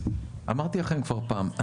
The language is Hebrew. אמרתי לכם כבר פעם,